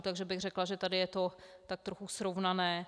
Takže bych řekla, že tady je to tak trochu srovnané.